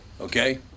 Okay